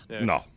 no